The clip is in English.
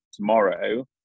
tomorrow